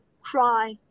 cry